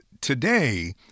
today